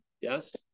Yes